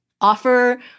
offer